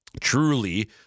Truly